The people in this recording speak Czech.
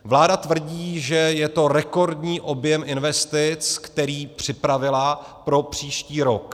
Vláda tvrdí, že je to rekordní objem investic, který připravila pro příští rok.